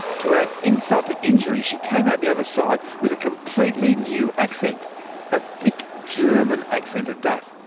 to add insult to injury, she came out the other side with a completely new accent a thick german accent at that.